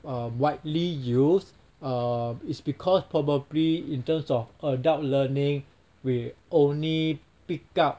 um widely used err is because probably in terms of adult learning we only pick up